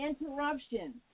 interruption